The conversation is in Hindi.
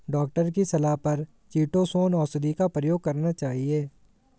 डॉक्टर की सलाह पर चीटोसोंन औषधि का उपयोग करना चाहिए